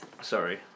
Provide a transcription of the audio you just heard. Sorry